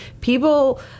people